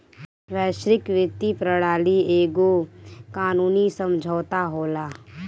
वैश्विक वित्तीय प्रणाली एगो कानूनी समुझौता होला